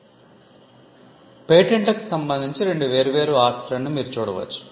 కాబట్టి పేటెంట్లకు సంబంధించి రెండు వేర్వేరు ఆస్తులను మీరు చూడవచ్చు